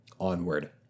Onward